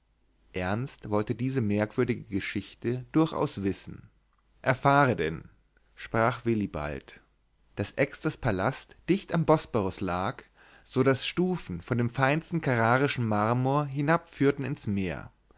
ernst wollte diese merkwürdige geschichte durchaus wissen erfahre denn sprach willibald daß exters palast dicht am bosporus lag so daß stufen von dem feinsten karrarischen marmor hinabführten ins meer